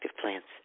Plants